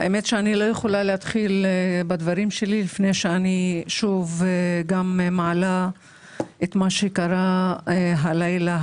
יכולה להתחיל בדבריי לפני שאני שוב גם מעלה את מה שקרה הלילה,